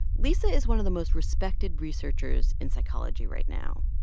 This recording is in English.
lisa is one of the most respected researchers in psychology right now,